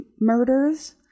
murders